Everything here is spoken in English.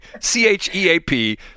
C-H-E-A-P